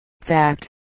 Fact